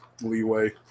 leeway